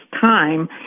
time